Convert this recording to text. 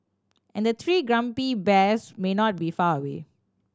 and the three grumpy bears may not be far away